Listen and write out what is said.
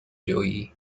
جویی